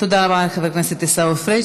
תודה רבה לחבר הכנסת עיסאווי פריג'.